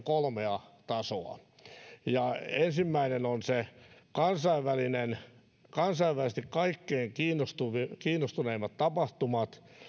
kolmea tasoa ensimmäinen on kansainvälinen taso kansainvälisesti kaikkein kiinnostavimmat tapahtumat